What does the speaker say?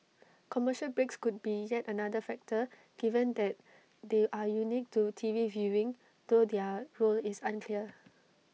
commercial breaks could be yet another factor given that they are unique to T V viewing though their role is unclear